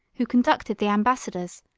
who conducted the ambassadors,